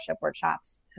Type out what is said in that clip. workshops